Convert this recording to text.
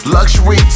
Luxury